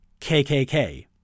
KKK